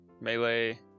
Melee